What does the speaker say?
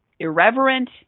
irreverent